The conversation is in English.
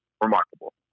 Remarkable